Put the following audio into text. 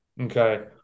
Okay